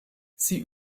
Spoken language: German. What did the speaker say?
sie